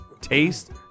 Taste